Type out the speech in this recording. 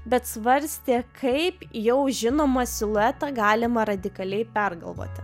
bet svarstė kaip jau žinomą siluetą galima radikaliai pergalvoti